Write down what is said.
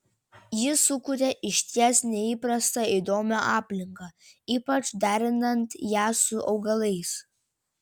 ji sukuria išties neįprastą įdomią aplinką ypač derinant ją su augalais